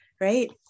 right